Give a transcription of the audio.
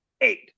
eight